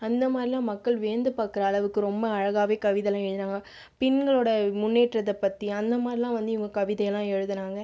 அந்த மாதிரியெல்லாம் மக்கள் வியந்து பார்க்குற அளவுக்கு ரொம்ப அழகாகவே கவிதையெல்லாம் எழுதினாங்க பெண்களுடைய முன்னேற்றத்தைப் பற்றி அந்த மாதிரியெல்லாம் வந்து இவங்கள் கவிதையெல்லாம் எழுதினாங்க